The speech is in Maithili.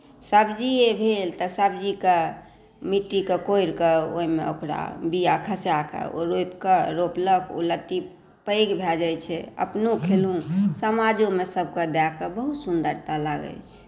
सब्जिए भेल तऽ सब्जीके मिट्टीके कोरिकऽ ओहिमे ओकरा बिआ खसाकऽ रोपिकऽ रोपलक ओ लत्ती पैघ भए जाइ छै अपनो खेलहुँ समाजोमे सभके दएकऽ बहुत सुन्दरता लागै छै